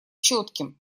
четким